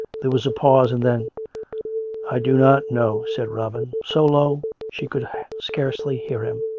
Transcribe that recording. there was a pause and then i do not know, said robin, so low she could scarcely hear him.